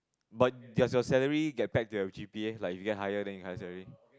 but does your salary get back to your G_P_A like you get higher then you higher salary